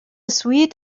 suite